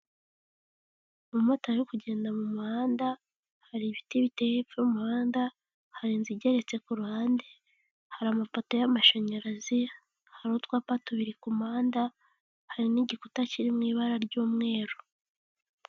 Umumotari kugenda mu muhanda hari ibiti biteye hepfo mu muhanda hari inzu igeretse ku ruhande, hari amapoto y'amashanyarazi hari utwapa tubiri ku muhanda, hari n'igikuta kiri mu ibara ry'umweru.